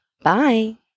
Bye